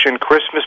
Christmas